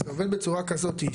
זה עובד בצורה כזאת.